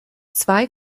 zwei